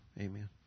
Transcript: Amen